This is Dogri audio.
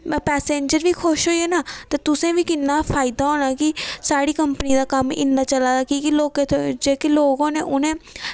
पैसेंजर बी खुश होई जाना ते तुसें बी किन्ना फायदा होना कि साढ़ी कंपनी दा कम्म इन्ना चला दा कि की लोकें जेह्के लोक होने उ'नें थोआड़ी